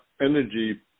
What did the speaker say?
energy